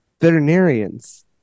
veterinarians